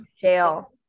jail